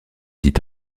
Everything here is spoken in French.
dit